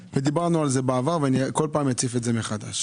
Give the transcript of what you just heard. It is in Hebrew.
דיברנו על זה בעבר ואני כל פעם אציף את זה מחדש.